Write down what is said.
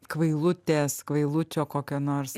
kvailutės kvailučio kokią nors